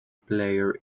player